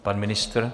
Pan ministr?